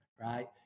right